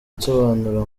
nsobanura